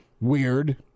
weird